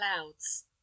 clouds